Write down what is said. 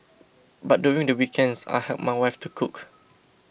but during the weekends I help my wife to cook